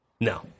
No